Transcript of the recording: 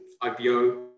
IPO